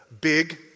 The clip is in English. big